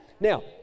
Now